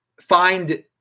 find